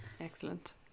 excellent